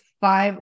five